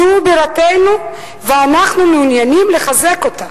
זאת בירתנו ואנחנו מעוניינים לחזק אותה,